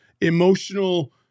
emotional